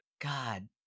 God